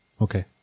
Okay